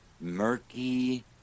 murky